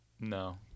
no